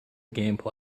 gameplay